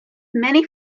many